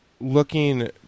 looking